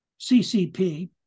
CCP